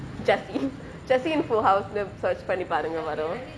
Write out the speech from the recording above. jessie jessie in full house னு:nu search பண்ணி பாருங்க வரும்:panni paarungae varum